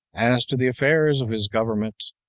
as to the affairs of his government,